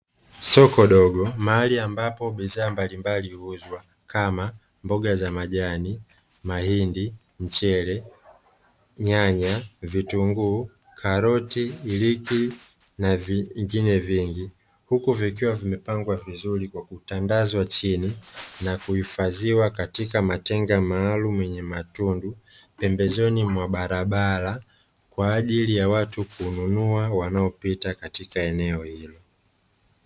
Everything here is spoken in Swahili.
Soko dogo mahali ambapo bidhaa mbalimbali huuzwa, kama: mboga za majani, mahindi, mchele, nyanya, vitunguu, karoti, iliki, na vingine vingi; huku vikiwa vimepangwa vizuri kwa kutandazwa chini, na kuhifadhiwa katika matenga maalumu yenye matundu, pembezoni mwa barabara, kwa ajili ya watu kununua wanaopita katika eneo hilo.